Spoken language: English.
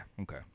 Okay